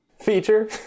feature